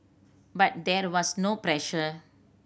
but there was no pressure